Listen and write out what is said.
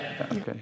Okay